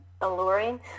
alluring